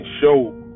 show